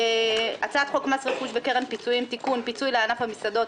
הצעת חוק מס רכוש וקרן פיצויים (תיקון פיצוי לענף המסעדות